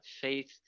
faith